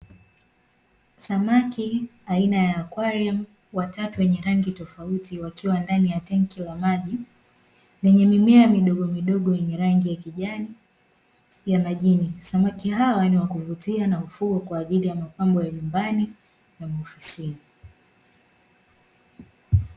Samaki aina ya Akwariamu"Aquarium" watatu wenye rangi tofauti wakiwa ndani ya tenki la maji, lenye mimea midogomidogo yenye rangi ya kijani ya majini. Samaki hawa ni wa kuvutia nafuu kwa ajili ya mapambo ya nyumbani na maofisini.